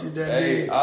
Hey